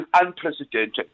unprecedented